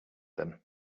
them